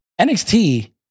NXT